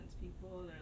people